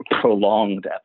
prolonged